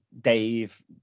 Dave